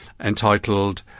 entitled